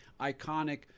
iconic